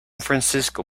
francisco